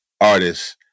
artists